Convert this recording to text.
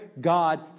God